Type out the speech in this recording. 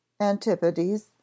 antipodes